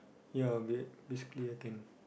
ya ba~ basically I can